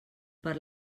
per